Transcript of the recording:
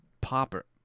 popper